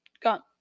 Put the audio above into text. Got